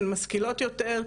הן משכילות יותר,